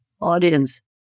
audience